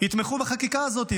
תתמכו בחקיקה הזאת.